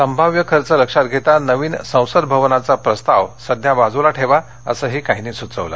संभाव्य खर्च लक्षात घेता नवीन संसद भवनाचा प्रस्ताव संध्या बाजूला ठेवा असंही काहींनी सुचवलं